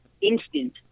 instant